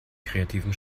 kreativen